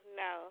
no